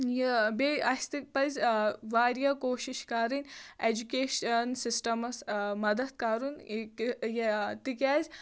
یہِ بیٚیہِ اَسہِ تہِ پَزِ آ واریاہ کوٗشِش کَرٕنۍ ایجوٗکیشَن سِسٹَمَس آ مدد کَرُن یہِ تِکیٛازِ